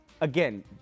again